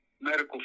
medical